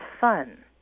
fun